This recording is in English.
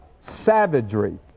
savagery